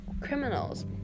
criminals